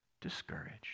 discouraged